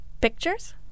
Pictures